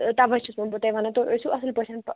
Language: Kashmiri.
آ تَوَے چھَسو بہٕ تۄہہِ وَنان تُہۍ ٲسِو اَصٕل پٲٹھیٚن